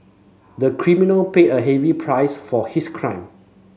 the criminal paid a heavy price for his crime